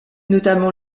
notamment